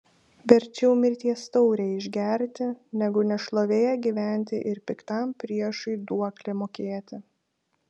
verčiau mirties taurę išgerti negu nešlovėje gyventi ir piktam priešui duoklę mokėti